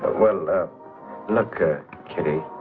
well look ah kitty.